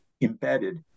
Embedded